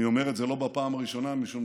אני אומר את זה, "לא בפעם הראשונה", משום